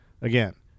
Again